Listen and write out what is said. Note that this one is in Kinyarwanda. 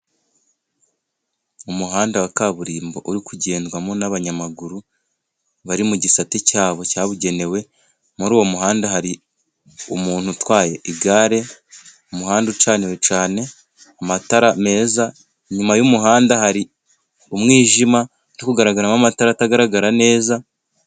Umuhanda wa kaburimbo uri kugendwamo n'abanyamaguru bari mu gisate cyabo cyabugenewe, muri uwo muhanda hari umuntu utwaye igare. Umuhanda ucaniwe cyane amatara meza, inyuma y'umuhanda hari umwijima ukugaragaramo amatara atagaragara neza.